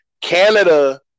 Canada